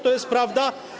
To jest prawda?